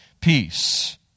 peace